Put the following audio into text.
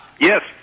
Yes